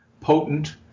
potent